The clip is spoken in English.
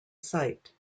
site